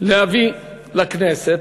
להביא לכנסת,